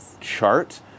chart